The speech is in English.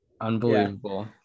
unbelievable